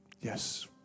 Yes